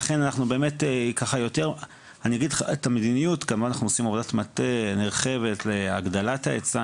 כמובן אנחנו עושים עבודת מטה נרחבת להגדלת ההיצע.